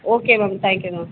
okay ma'am thank you ma'am